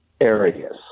areas